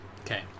Okay